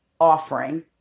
offering